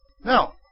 No